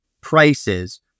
prices